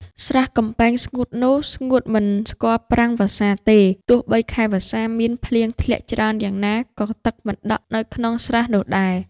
ស្រះកំពែងស្ងួតនោះ ស្ងួតមិនស្គាល់ប្រាំងវស្សាទេ ទោះបីខែវស្សាមានភ្លៀងធ្លាក់ច្រើនយ៉ាងណា ក៏ទឹកមិនដក់នៅក្នុងស្រះនោះដែរ